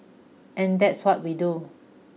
and that's what we do